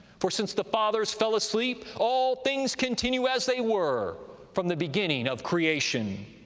for since the fathers fell asleep, all things continue as they were from the beginning of creation.